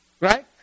right